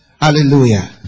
Hallelujah